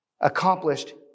accomplished